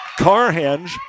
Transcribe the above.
Carhenge